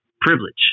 privilege